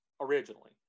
originally